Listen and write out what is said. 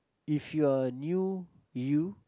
if you are knew you